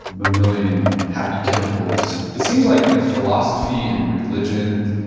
million happy chemicals, it seems like you know philosophy and religions,